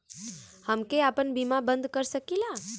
हमके आपन बीमा बन्द कर सकीला?